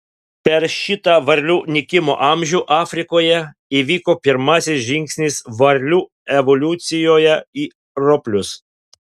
per šitą varlių nykimo amžių afrikoje įvyko pirmasis žingsnis varlių evoliucijoje į roplius